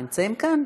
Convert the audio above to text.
נמצאים כאן?